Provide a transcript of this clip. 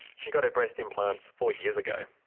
she got her breast implants four years ago.